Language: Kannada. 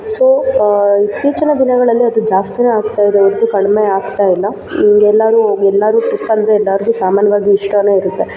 ಸೊ ಇತ್ತೀಚಿನ ದಿನಗಳಲ್ಲಿ ಅದು ಜಾಸ್ತಿನೇ ಆಗ್ತಾ ಇದೆ ಹೊರತು ಕಡಿಮೆ ಆಗ್ತಾ ಇಲ್ಲ ಹಿಂಗೆಲ್ಲಾರೂ ಎಲ್ಲಾರೂ ಟ್ರಿಪ್ ಅಂದರೆ ಎಲ್ಲರಿಗೂ ಸಾಮಾನ್ಯವಾಗಿ ಇಷ್ಟನೇ ಇರುತ್ತೆ